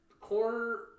corner